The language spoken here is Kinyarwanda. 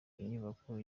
inyubako